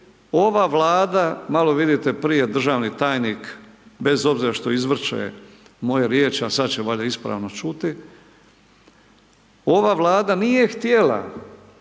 Ova Vlada malo vidite prije državni tajnik bez obzira što izvrće moje riječi a sad će valjda ispravno čuti. Ova Vlada nije htjela